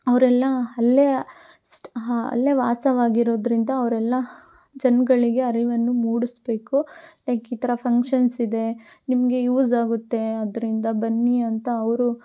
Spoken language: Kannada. ಅವರೆಲ್ಲ ಅಲ್ಲೇ ಸ್ಟ್ ಅಲ್ಲೇ ವಾಸವಾಗಿರೋದರಿಂದ ಅವರೆಲ್ಲ ಜನಗಳಿಗೆ ಅರಿವನ್ನು ಮೂಡಿಸ್ಬೇಕು ಲೈಕ್ ಈ ಥರ ಫಂಕ್ಷನ್ಸ್ ಇದೆ ನಿಮಗೆ ಯೂಸ್ ಆಗುತ್ತೆ ಅದರಿಂದ ಬನ್ನಿ ಅಂತ ಅವರು